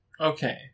Okay